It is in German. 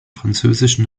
französischen